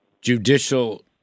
judicial